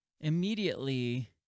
immediately